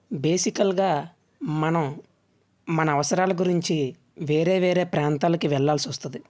బేసికల్గా మనం మన అవసరాల గురించి వేరే వేరే ప్రాంతాలకు వెళ్లాల్సి వస్తుంది